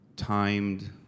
timed